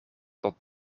tot